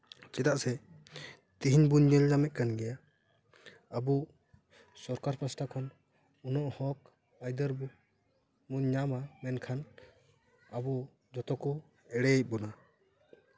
ᱪᱮᱫᱟᱜ ᱥᱮ ᱛᱮᱦᱮᱧ ᱵᱚᱱ ᱧᱮᱞ ᱧᱟᱢᱮᱫ ᱠᱟᱱ ᱜᱮᱭᱟ ᱟᱹᱵᱚ ᱥᱚᱨᱠᱟᱨ ᱯᱟᱦᱚᱴᱟ ᱠᱷᱚᱱ ᱩᱱᱟᱹᱜ ᱦᱚᱸᱠ ᱟᱹᱭᱫᱟᱹᱨ ᱵᱚᱱ ᱧᱟᱢᱟ ᱢᱮᱱᱠᱷᱟᱱ ᱟᱵᱚ ᱡᱚᱛᱚ ᱠᱚ ᱮᱲᱮᱭᱮᱫ ᱵᱚᱱᱟ